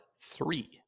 three